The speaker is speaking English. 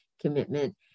commitment